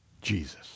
Jesus